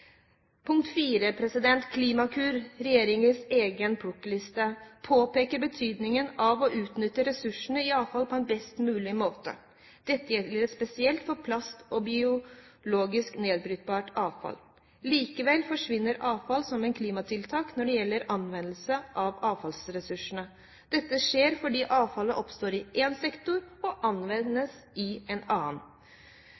Punkt 4: Klimakur – regjeringens egen plukkliste – påpeker betydningen av å utnytte ressursene i avfall på en best mulig måte. Dette gjelder spesielt for plast og biologisk nedbrytbart avfall. Likevel forsvinner avfall som klimatiltak når det gjelder anvendelse av avfallsressursene. Dette skjer fordi avfall oppstår i én sektor og